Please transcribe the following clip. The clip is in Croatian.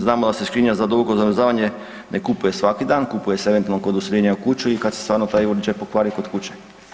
Znamo da se škrinja za duboko zamrzavanje ne kupuje svaki dan, kupuje se eventualno kod useljenja u kuću i kad se stvarno taj uređaj pokvari kod kuće.